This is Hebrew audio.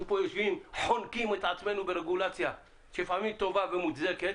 אנחנו יושבים כאן וחונקים את עצמנו ברגולציה שלפעמים טובה ומוצדקת